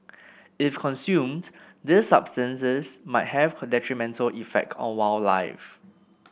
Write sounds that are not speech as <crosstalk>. if consumed these substances might have <unintelligible> detrimental effect on wildlife